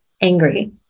angry